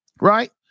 right